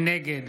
נגד